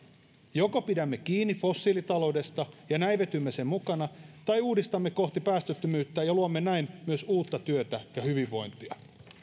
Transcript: joko pidämme kiinni fossiilitaloudesta ja näivetymme sen mukana tai uudistamme kohti päästöttömyyttä ja ja luomme näin myös uutta työtä ja hyvinvointia